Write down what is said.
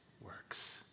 works